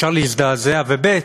אפשר להזדעזע, וב.